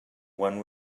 won